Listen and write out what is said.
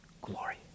glory